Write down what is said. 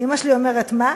אימא שלי אומרת: מה?